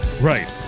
Right